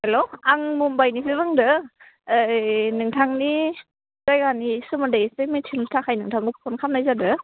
हेल' आं मुम्बाइनिफ्राय बुंदो ओइ नोंथांनि जायगानि सोमोन्दै एसे मिथिनो थाखाय नोंथांखौ फन खामनाय जादो